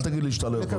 אל תגיד לי שאתה לא יכול.